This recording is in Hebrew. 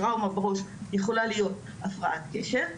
טראומות בראש יכולה להיות הפרעת קשב,